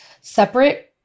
separate